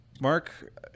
Mark